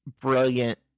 brilliant